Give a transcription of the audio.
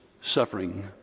suffering